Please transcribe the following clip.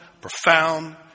profound